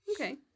Okay